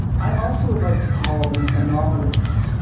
i also would like to call them anomalies,